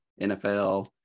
NFL